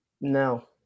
No